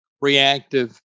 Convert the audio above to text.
reactive